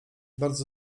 bardzo